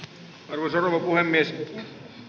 arvoisa rouva puhemies